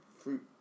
fruit